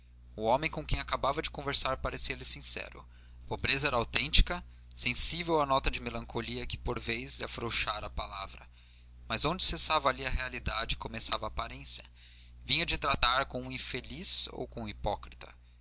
o homem com quem acabava de conversar parecia-lhe sincero a pobreza era autêntica sensível a nota de melancolia que por vezes lhe afrouxava a palavra mas onde cessava ali a realidade e começava a aparência vinha de tratar com um infeliz ou um hipócrita